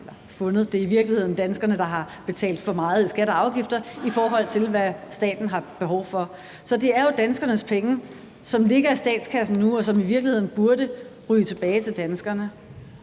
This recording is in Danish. det er i virkeligheden danskerne, der har betalt for meget i skatter og afgifter, i forhold til hvad staten har behov for, så det er jo danskernes penge, som ligger i statskassen nu, og som i virkeligheden burde ryge tilbage til danskerne.